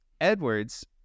Edwards